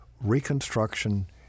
Reconstruction